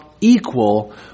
equal